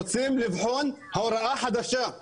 רוצים לבחון הוראה חדשה.